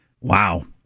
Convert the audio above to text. Wow